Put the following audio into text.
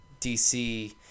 DC